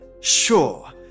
Sure